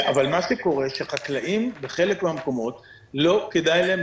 מה שקורה הוא שחקלאים בחלק מן המקומות לא כדאי להם